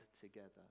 together